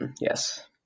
Yes